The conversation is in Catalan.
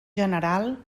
general